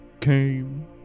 came